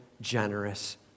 generous